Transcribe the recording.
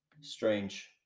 strange